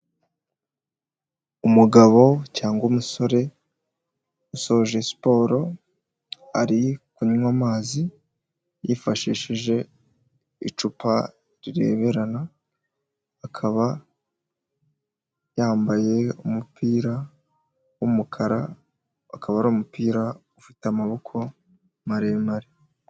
Umugabo cyangwa umusore usoje siporo ari kunywa amazi yifashishije icupa rireberana, akaba yambaye umupira w'umukara akaba ari umupira ufite amaboko maremare.